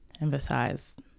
empathize